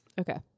Okay